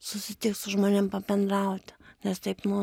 susitikt su žmonėm pabendrauti nes taip nu